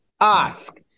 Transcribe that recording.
Ask